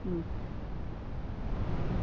ம் ம்